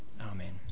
Amen